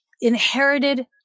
inherited